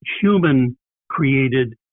human-created